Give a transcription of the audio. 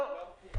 לא.